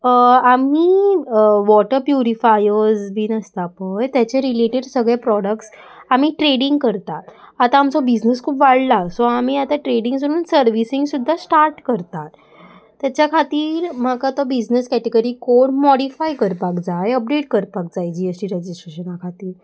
आमी water purifiers बीन आसता पय तेचे रिलेटेड सगळे प्रॉडक्ट्स आमी ट्रेडींग करतात आतां आमचो बिजनस खूब वाडला सो आमी आतां ट्रेडिंगसून सर्विसींग सुद्दां स्टार्ट करतात तेच्या खातीर म्हाका तो बिजनस कॅटगरी कोड मॉडिफाय करपाक जाय अपडेट करपाक जाय जी एस टी रॅजिस्ट्रेशना खातीर